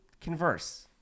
converse